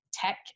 tech